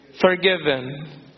forgiven